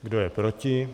Kdo je proti?